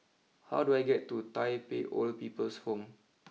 how do I get to Tai Pei Old People's Home